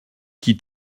qui